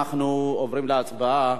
אנחנו עוברים להצבעה.